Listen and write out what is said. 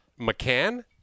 McCann